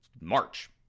March